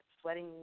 sweating